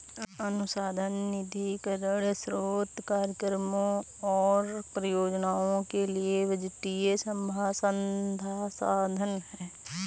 अनुसंधान निधीकरण स्रोत कार्यक्रमों और परियोजनाओं के लिए बजटीय संसाधन है